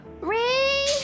Ray